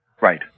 Right